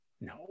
no